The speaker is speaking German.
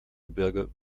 gebirge